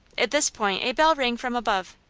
at this point a bell rang from above.